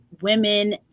women